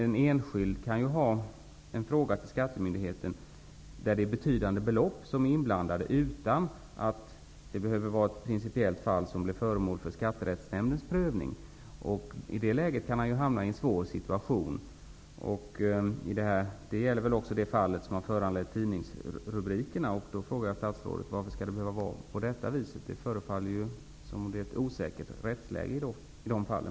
En enskild kan ha en fråga till skattemyndigheten som kan gälla betydande belopp utan att den är principiellt viktig. Den blir inte föremål för Skatterättsnämndens prövning. I det läget kan man hamna i en svår situation. Det gäller väl också det fall som har föranlett tidningsrubrikerna. Varför skall det behöva vara på det viset? Det förefaller ju som om rättsläget i de fallen är osäkert för den enskilde.